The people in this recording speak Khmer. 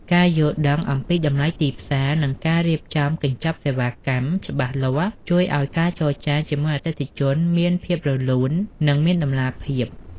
ការយល់ដឹងអំពីតម្លៃទីផ្សារ និងការរៀបចំកញ្ចប់សេវាកម្ម ច្បាស់លាស់ ជួយឱ្យការចរចាជាមួយអតិថិជនមានភាពរលូន និងមានតម្លាភាព។